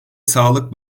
sağlık